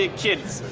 ah kids.